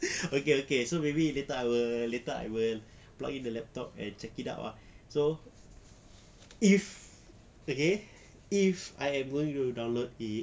okay okay so maybe later I will later I will plug in the laptop and check it out ah so if okay if I am going to download it